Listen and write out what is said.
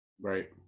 Right